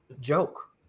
joke